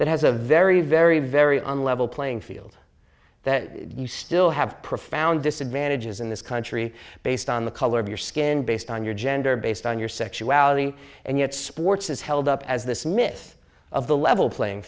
that has a very very very unlevel playing field that you still have profound disadvantages in this country based on the color of your skin based on your gender based on your sexuality and yet sports is held up as this myth of the level playing